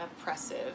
oppressive